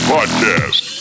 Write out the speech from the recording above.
Podcast